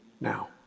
now